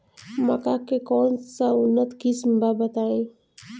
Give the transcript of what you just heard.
मक्का के कौन सा उन्नत किस्म बा बताई?